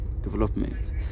development